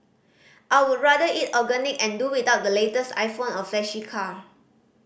I would rather eat organic and do without the latest iPhone or flashy car